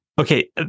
Okay